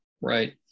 Right